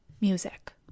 Music